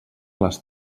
les